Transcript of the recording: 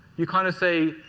you kind of say,